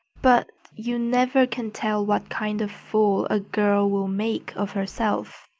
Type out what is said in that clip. but you never can tell what kind of fool a girl will make of herself,